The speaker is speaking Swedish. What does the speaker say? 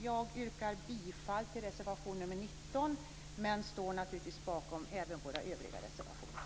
Jag yrkar bifall till reservation 19 men står naturligtvis bakom även våra övriga reservationer.